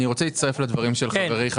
אני רוצה להצטרף לדברים של חברי,